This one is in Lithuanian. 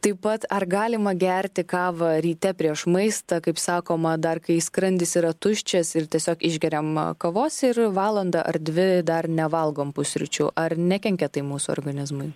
taip pat ar galima gerti kavą ryte prieš maistą kaip sakoma dar kai skrandis yra tuščias ir tiesiog išgeriama kavos ir valandą ar dvi dar nevalgom pusryčių ar nekenkia tai mūsų organizmui